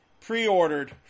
pre-ordered